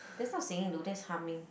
there's not singing though that's humming